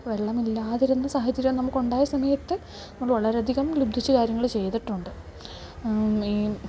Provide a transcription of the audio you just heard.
വെള്ളമില്ലാതിരുന്ന സാഹചാര്യം നമുക്കുണ്ടായ സമയത്ത് നമ്മൾ വളരെയധികം ലബ്ധിച്ച് കാര്യങ്ങൾ ചെയ്തിട്ടുണ്ട് ഈ